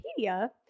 Wikipedia